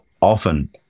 often